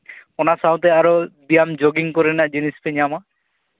ᱚᱱᱟ ᱥᱟᱶᱛᱮ ᱟᱨᱚ ᱵᱮᱭᱟᱢ ᱡᱳᱜᱤᱝ ᱠᱚᱨᱮᱱᱟᱜ ᱡᱤᱱᱤᱥ ᱯᱮ ᱧᱟᱢᱟ